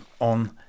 on